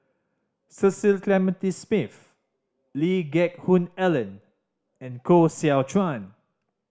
Cecil Clementi Smith Lee Geck Hoon Ellen and Koh Seow Chuan